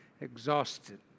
Exhausted